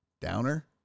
Downer